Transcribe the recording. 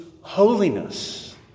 holiness